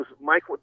Mike